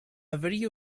video